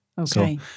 okay